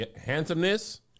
Handsomeness